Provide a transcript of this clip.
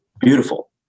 beautiful